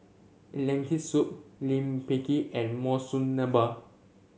Lentil Soup Lime Pickle and Monsunabe